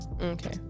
Okay